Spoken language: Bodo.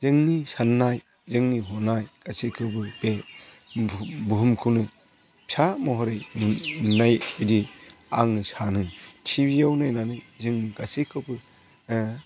जोंनि साननाय जोंनि हनाय गासैखौबो बे बुहुमखौनो फिसा महरै नुनाय बिदि आङो सानो ति भि आव नायनानै जोंनि गासैखौबो